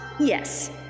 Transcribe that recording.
Yes